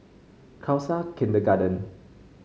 Khalsa Kindergarten